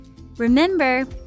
Remember